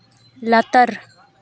ᱞᱟᱛᱟᱨ